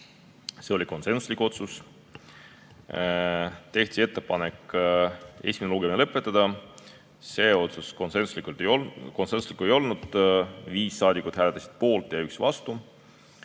See oli konsensuslik otsus. Tehti ettepanek esimene lugemine lõpetada. See otsus konsensuslik ei olnud, viis saadikut hääletas poolt ja üks vastu.